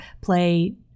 play